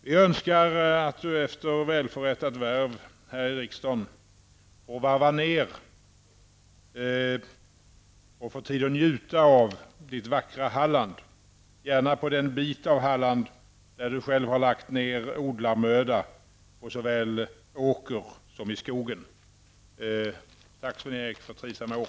Vi önskar att Du efter välförrättat värv här i riksdagen får varva ner och får tid att njuta av ditt vackra Halland, gärna den bit av Halland som Du själv har lagt ned odlarmöda på, såväl på åker som i skog. Tack Sven Erik för trivsamma år.